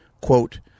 quote